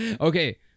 Okay